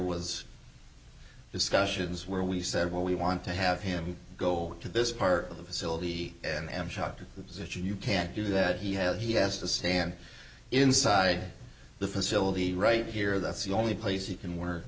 was discussions where we said well we want to have him go to this part of the facility and i am shocked that you can't do that he has he has to stand inside the facility right here that's the only place you can work